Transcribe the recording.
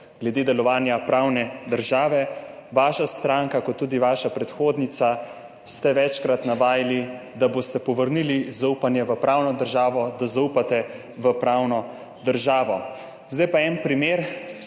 glede delovanja pravne države. Vaša stranka ter tudi vaša predhodnica sta večkrat navajali, da boste povrnili zaupanje v pravno državo, da zaupate v pravno državo. Zdaj pa en primer